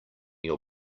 your